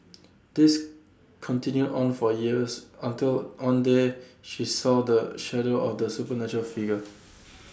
this continued on for years until one day she saw the shadow of the supernatural figure